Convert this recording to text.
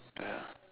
ya